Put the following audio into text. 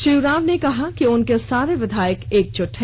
श्री उरांव ने कहा है कि उनके सारे विधायक एकजुट हैं